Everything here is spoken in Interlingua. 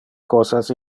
cosas